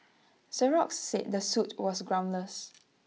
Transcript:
Xerox said the suit was groundless